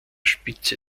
spitze